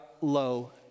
low